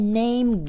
name